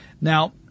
Now